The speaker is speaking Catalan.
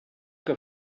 que